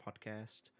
podcast